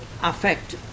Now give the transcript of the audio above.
affect